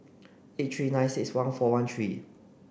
eight three nine six one four one three